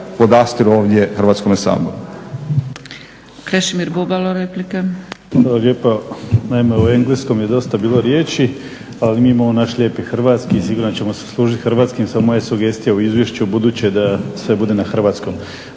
podastiru ovdje Hrvatskome saboru.